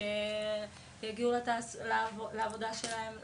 ושיגיעו לעבודה שלהם,